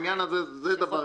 זה דבר אחד.